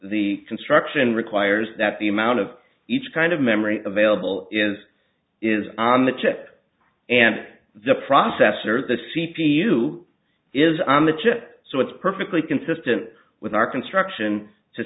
the construction requires that the amount of each kind of memory available is is on the chip and the processor or the c p u is on the chip so it's perfectly consistent with our construction to